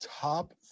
Top